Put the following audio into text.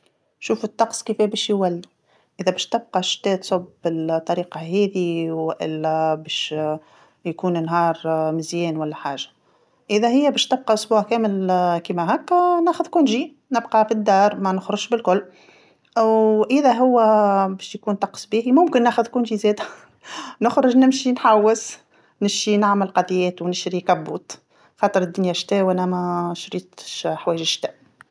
نشوفو الطقس كيفاه باش يولي، إذا باش تبقى الشتا تصب بالطريقه هاذي وإلا باش يكون النهار مزيان ولا حاجه، إذا هي باش تبقى اسبوع كامل كيما هاكا ناخذ إجازة نبقى فالدار، ما نخرجش بالكل، أو إذا هو باش يكون طقس باهي ممكن ناخذ إجازة زاده نخرج نمشي نحوس نمشي نعمل قاضيات ونشري كابوت، خاطر الدنيا شتا وأنا ما شريتش حوايج الشتا.